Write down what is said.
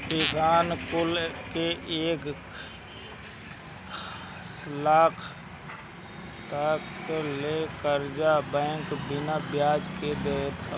किसान कुल के एक लाख तकले के कर्चा बैंक बिना बियाज के देत हवे